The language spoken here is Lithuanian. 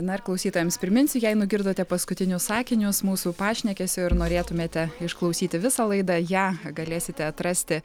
na ir klausytojams priminsiu jei nugirdote paskutinius sakinius mūsų pašnekesio ir norėtumėte išklausyti visą laidą ją galėsite atrasti